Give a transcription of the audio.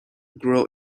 grow